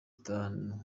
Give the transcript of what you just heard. itanu